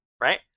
right